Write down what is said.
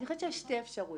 אני חושבת שיש שתי אפשרויות.